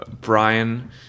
Brian